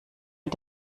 mit